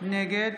נגד